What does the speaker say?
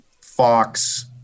Fox